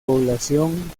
población